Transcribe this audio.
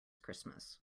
christmas